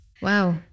Wow